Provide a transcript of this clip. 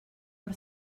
per